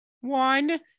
one